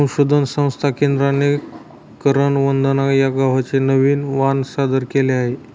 संशोधन संस्था केंद्राने करण वंदना या गव्हाचे नवीन वाण सादर केले आहे